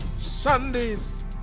Sunday's